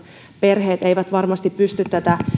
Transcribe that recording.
perheet eivät varmasti pysty tätä